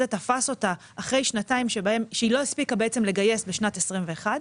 תפס אותה אחרי שנתיים שהיא לא הספיקה לגייס בשנת 2021,